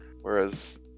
Whereas